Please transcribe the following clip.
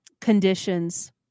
conditions